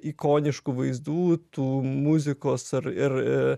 ikoniškų vaizdų tų muzikos ar ir